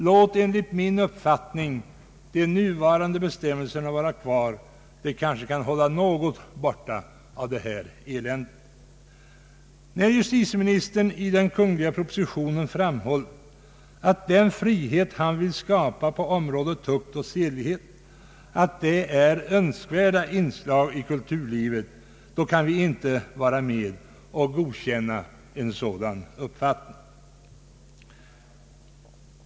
Låt de nuvarande bestämmelserna vara kvar; det kanske kan hålla något borta av sådant elände. När justitieministern i den kungl. propositionen framhåller att den frihet han vill skapa på området tukt och sedlighet ”är önskvärda inslag i kul: turlivet”, då kan vi inte vara med och godkänna en sådan uppfattning.